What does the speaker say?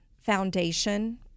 foundation